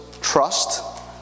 trust